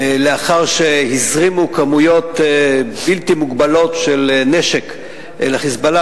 לאחר שהזרימו כמויות בלתי מוגבלות של נשק ל"חיזבאללה",